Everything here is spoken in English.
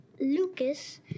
Lucas